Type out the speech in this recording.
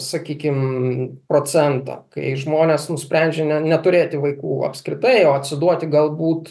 sakykim procentą kai žmonės nusprendžia ne neturėti vaikų apskritai o atsiduoti galbūt